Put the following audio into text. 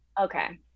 Okay